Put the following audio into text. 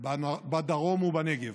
בדרום ובנגב.